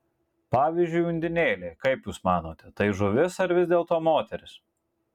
pavyzdžiui undinėlė kaip jūs manote tai žuvis ar vis dėlto moteris